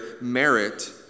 merit